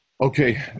okay